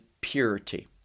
purity